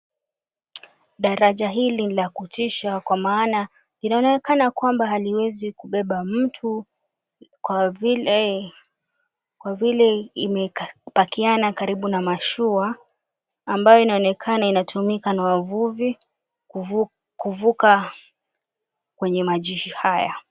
Daraja hili ni la kutisha kwa maana linaonekana kwamba haliwezi kubeba mtu kwa vile imepakiana karibu na mashua ambayo inaonekana inatumika na wavuvi kuvuka kwenye maji haya.